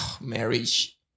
marriage